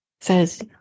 says